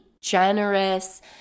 generous